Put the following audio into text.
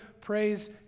praise